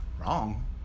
wrong